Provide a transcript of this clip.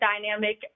dynamic